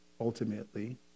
ultimately